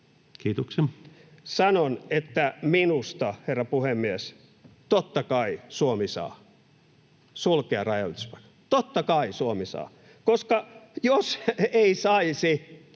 Kiitoksia!] Sanon, että minusta, herra puhemies, Suomi saa totta kai sulkea rajanylityspaikan. Totta kai Suomi saa, koska jos ei saisi,